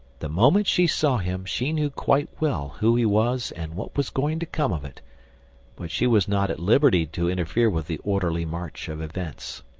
the moment she saw him she knew quite well who he was and what was going to come of it but she was not at liberty to interfere with the orderly march of events.